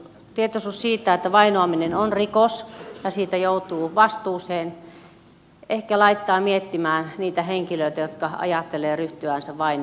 tietoisuus siitä että vainoaminen on rikos ja siitä joutuu vastuuseen ehkä laittaa miettimään niitä henkilöitä jotka ajattelevat ryhtyä vainoajiksi